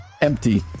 empty